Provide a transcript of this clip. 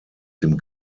dem